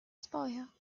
spoil